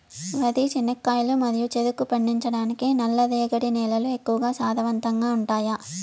వరి, చెనక్కాయలు మరియు చెరుకు పండించటానికి నల్లరేగడి నేలలు ఎక్కువగా సారవంతంగా ఉంటాయా?